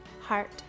heart